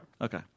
Okay